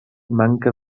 manca